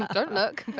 ah don't look, but